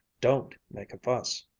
don't make a fuss!